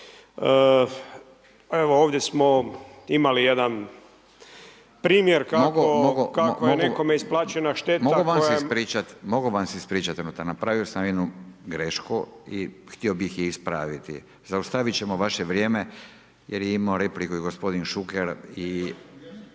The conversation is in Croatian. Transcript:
Ovdje smo imali jedan primjer kako je nekome isplaćena šteta. **Radin, Furio (Nezavisni)** Mogu vam se ispričati, napravio sam jednu grešku i htio bih ispraviti. Zaustaviti ćemo vaše vrijeme, jer je imao repliku i gospodin Šuker